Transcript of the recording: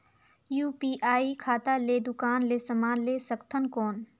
UPI खाता ले दुकान ले समान ले सकथन कौन?